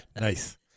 Nice